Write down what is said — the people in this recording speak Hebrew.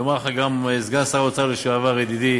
יאמר לך גם סגן שר האוצר לשעבר ידידי